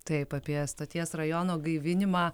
taip apie stoties rajono gaivinimą